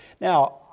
Now